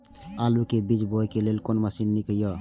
आलु के बीज बोय लेल कोन मशीन नीक ईय?